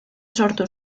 sortu